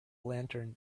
lantern